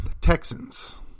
Texans